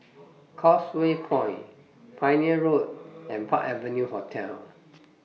Causeway Point Pioneer Road and Park Avenue Hotel